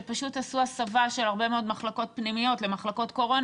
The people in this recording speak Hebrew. שעשו הסבה של הרבה מאוד מחלקות פנימיות למחלקות קורונה,